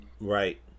Right